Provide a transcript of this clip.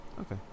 Okay